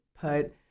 put